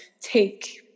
take